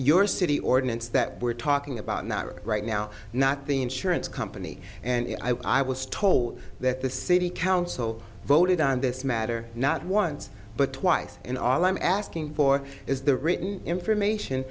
your city ordinance that we're talking about not right now not the insurance company and i was told that the city council voted on this matter not once but twice and all i'm asking for is the written information